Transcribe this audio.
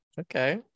Okay